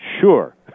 sure